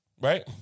right